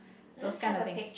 those kind of things